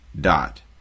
dot